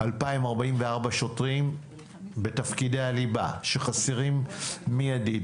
2,044 שוטרים בתפקידי הליבה שחסרים מיידית,